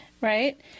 right